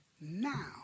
now